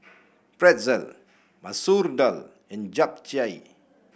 Pretzel Masoor Dal and Japchae